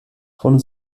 von